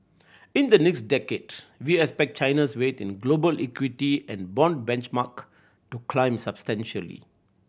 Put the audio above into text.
in the next decade we expect China's weight in global equity and bond benchmark to climb substantially